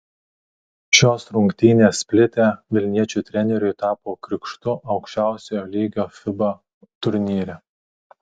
šios rungtynės splite vilniečių treneriui tapo krikštu aukščiausio lygio fiba turnyre